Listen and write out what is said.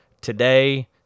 today